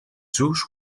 jews